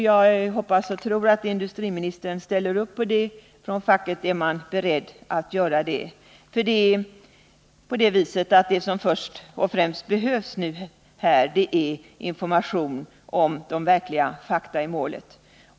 Jag hoppas och tror att industriministern ställer upp på det. Från fackets sida är man beredd till det. Men först och främst behövs nu alltså information som bygger på verkliga fakta i målet.